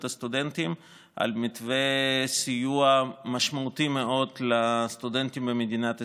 הסטודנטים על מתווה סיוע משמעותי מאוד לסטודנטים במדינת ישראל.